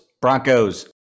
Broncos